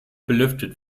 belüftet